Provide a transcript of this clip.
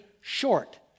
short